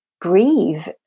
grieve